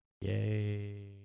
Yay